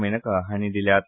मेनका हांणी दिल्यात